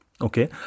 Okay